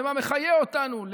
למה מחייה אותנו,